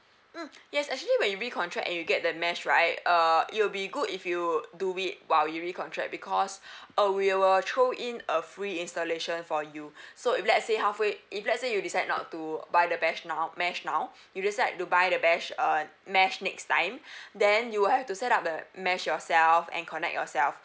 mm yes actually when you contract and you get the mesh right uh it will be good if you do it while you recontract because uh we will throw in a free installation for you so if let's say halfway if let's say you decide not to buy the mesh now the mesh now you decide to buy the mesh uh mesh next time then you will have to set up the mesh yourself and connect yourself